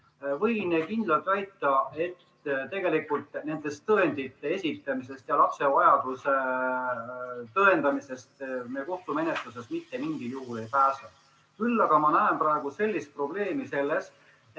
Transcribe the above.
Võin kindlalt väita, et tegelikult nende tõendite esitamisest ja lapse vajaduste tõendamisest me kohtumenetluses mitte mingil juhul ei pääse. Küll aga ma näen praegu probleemi selles,